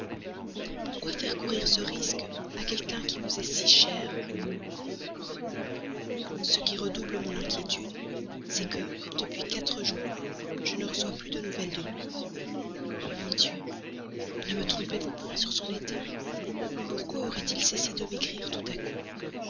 pourquoi faire courir ce risque à quelqu'un qui vous est si cher ce qui redouble mon inquiétude c'est que depuis quatre jours je ne reçois plus de nouvelles de lui mon dieu ne me trompez-vous point sur son état pourquoi aurait-il cessé de m'écrire tout à coup